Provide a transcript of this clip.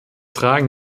tragen